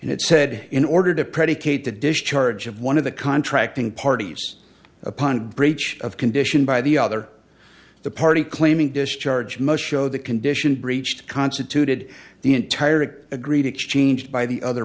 and it said in order to predicate the discharge of one of the contracting parties upon breach of condition by the other the party claiming discharge most showed the condition breached constituted the entire agreed exchange by the other